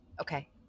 Okay